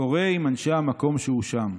קורא עם אנשי המקום שהוא שם".